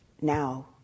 now